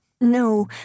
No